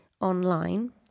online